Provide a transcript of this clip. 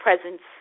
presence